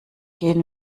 gehen